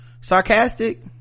sarcastic